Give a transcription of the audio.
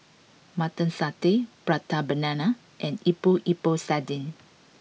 Mutton Satay Prata Banana and Epok Epok Sardin